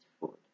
food